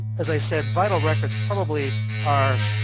as i said, vital records probably are